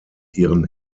ihren